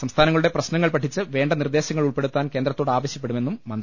സംസ്ഥാന ങ്ങളുടെ പ്രശ്നങ്ങൾ പഠിച്ച് വേണ്ട നിർദേശങ്ങൾ ഉൾപ്പെടുത്താൻ കേന്ദ്രത്തോട് ആവശ്യപ്പെടുമെന്നും മന്ത്രി പറഞ്ഞു